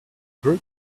group